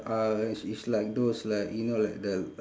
uh it's it's like those like you know like the